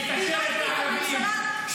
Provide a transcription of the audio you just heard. מתקשרת לערבים.